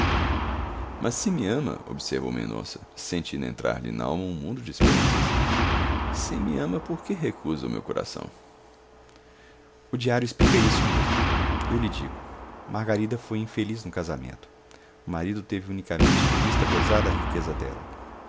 mas se me ama observou mendonça sentindo entrar-lhe nalma um mundo de esperanças se me ama por que recusa o meu coração o diário explica isso mesmo eu lhe digo margarida foi infeliz no casamento o marido teve unicamente em vista gozar da riqueza dela